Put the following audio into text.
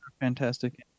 fantastic